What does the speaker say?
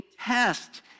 test